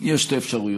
יש שתי אפשרויות: